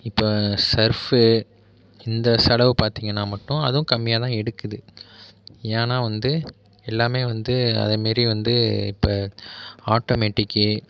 இப்போ சர்ஃப்பு இந்த செலவு பார்த்திங்கன்னா மட்டும் அதுவும் கம்மியாகதான் எடுக்குது ஏன்னால் வந்து எல்லாமே வந்து அதேமாரி வந்து இப்போ ஆட்டோமேட்டிக்கி